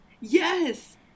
Yes